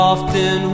Often